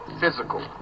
physical